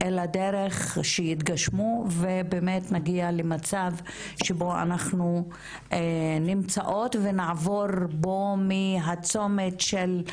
אלא דרך שיתגשמו ובאמת נגיע למצב שבו אנחנו נמצאות ונעבור בו מהצומת של,